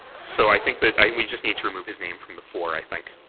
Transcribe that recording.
so i think that i mean we just need to remove his name from the for i think.